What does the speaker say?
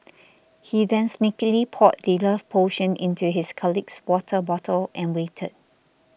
he then sneakily poured the love potion into his colleague's water bottle and waited